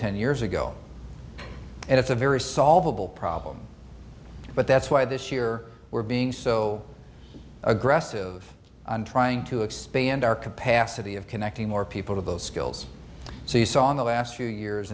ten years ago and it's a very solvable problem but that's why this year we're being so aggressive on trying to expand our capacity of connecting more people with those skills so you saw in the last few years